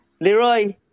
Leroy